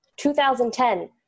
2010